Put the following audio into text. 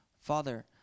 father